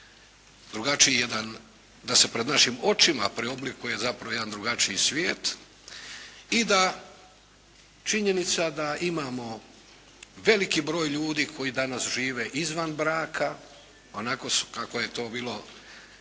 drugačiji jedan, da se pred našim očima preoblikuje zapravo jedan drugačiji svijet i da činjenica da imamo veliki broj ljudi koji danas žive izvan braka, onako su kako je to bilo